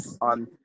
on